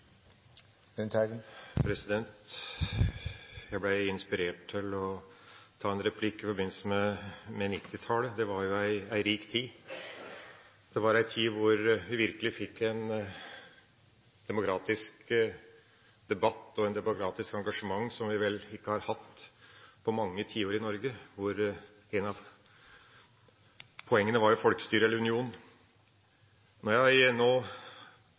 Jeg ble inspirert til å ta en replikk i forbindelse med 1990-tallet. Det var jo ei rik tid. Det var ei tid hvor vi virkelig fikk en demokratisk debatt og et demokratisk engasjement som vi vel ikke har hatt på mange tiår i Norge, hvor ett av poengene var folkestyre eller union. Når jeg nå har en spesiell kommentar, er